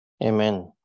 Amen